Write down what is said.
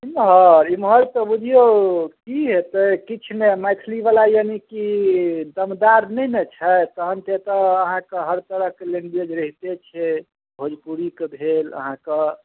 ई महराज एम्हर तऽ बुझियौ की हेत्तै किछु नहि मैथली बला यानि की दमदार नहि ने छै तहन तऽ एतऽ आहाँके हर तरह सऽ लैंग्वेज रहिते छै भोजपुरी के भेल अहाँके